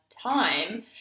time